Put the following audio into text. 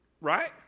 Right